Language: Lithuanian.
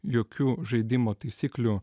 jokių žaidimo taisyklių